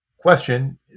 question